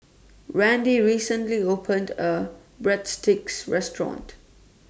Rand recently opened A Breadsticks Restaurant